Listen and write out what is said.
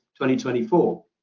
2024